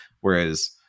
Whereas